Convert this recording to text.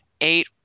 eight